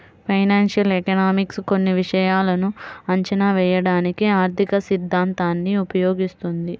financial economics కొన్ని విషయాలను అంచనా వేయడానికి ఆర్థికసిద్ధాంతాన్ని ఉపయోగిస్తుంది